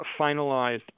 finalized